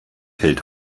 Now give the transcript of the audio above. hält